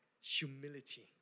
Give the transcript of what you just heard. humility